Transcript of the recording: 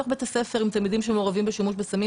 בתי הספר עם תלמידים שמעורבים בשימוש בסמים,